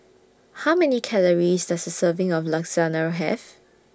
How Many Calories Does A Serving of Lasagna Have